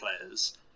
players